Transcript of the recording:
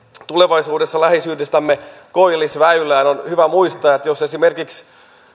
tulevaisuudessa läheisyydestämme koillisväylään on hyvä muistaa että jos esimerkiksi